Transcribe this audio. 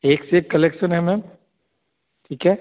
एक से एक कलेक्शन है मैम ठीक है